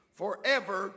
forever